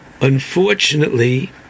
unfortunately